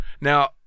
Now